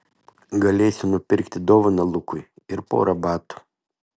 galėsiu nupirkti dovaną lukui ir porą batų